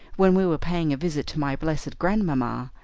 when we were paying a visit to my blessed grandmamma,